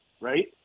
right